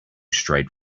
straight